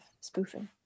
spoofing